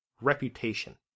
reputation